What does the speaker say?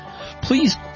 please